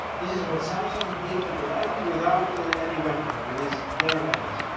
this is what samson did to the lion without any weapon, with his bare hands.